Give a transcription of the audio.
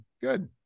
Good